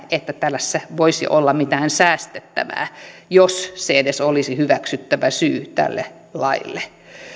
että tässä voisi olla mitään säästettävää jos se edes olisi hyväksyttävä syy tälle laille